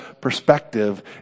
perspective